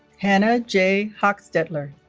hanna j. hochstetler